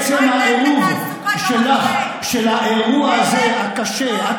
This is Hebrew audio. אם הם היו מעניינים אותך היית דואג להם.